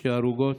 שתי ההרוגות